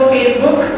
Facebook